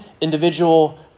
individual